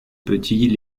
petit